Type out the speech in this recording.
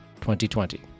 2020